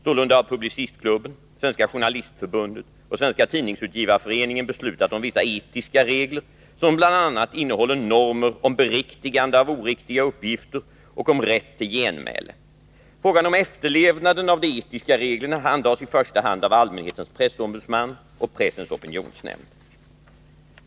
Sålunda har Publicistklubben, Svenska journalistförbundet och Svenska tidningsutgivareföreningen beslutat om vissa etiska regler, som bl.a. innehåller normer om beriktigande av oriktiga uppgifter och om rätt till genmäle. Frågan om efterlevnaden av de etiska reglerna handhas i första hand av Allmänhetens pressombudsman och Pressens opinionsnämnd.